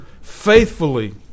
faithfully